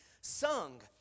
sung